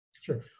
Sure